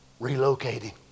relocating